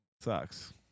sucks